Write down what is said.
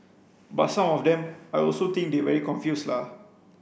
but some of them I also think they very confuse la